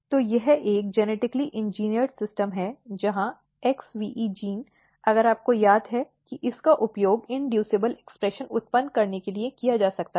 तो यह एक जेनेटिकली इंजिनियर्ड प्रणाली है जहां XVE जीन अगर आपको याद है कि इसका उपयोग इंड्यूसएबल अभिव्यक्ति उत्पन्न करने के लिए किया जा सकता है